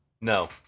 No